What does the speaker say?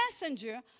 messenger